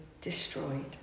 destroyed